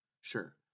sure